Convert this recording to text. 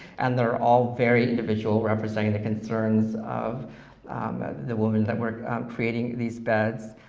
and they're all very individual, representing the concerns of the women that were creating these beds.